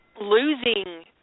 Losing